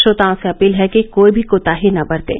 श्रोताओं से अपील है कि कोई भी कोताही न बरतें